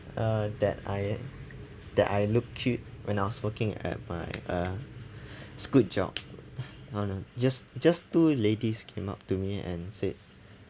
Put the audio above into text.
uh that I that I look cute when I was working at my uh Scoot job I don't know just just two ladies came up to me and said